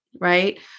Right